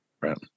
right